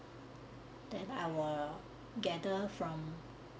then I will gather from